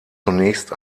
zunächst